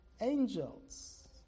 angels